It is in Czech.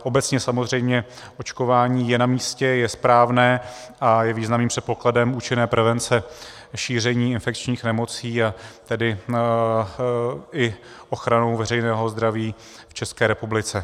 Obecně samozřejmě očkování je namístě, je správné a je významným předpokladem účinné prevence šíření infekčních nemocí, a tedy i ochranou veřejného zdraví v České republice.